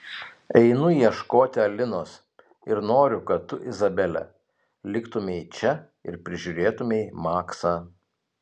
einu ieškoti alinos ir noriu kad tu izabele liktumei čia ir prižiūrėtumei maksą